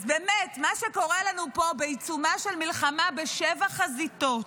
מה שקורה לנו פה בעיצומה של מלחמה בשבע חזיתות,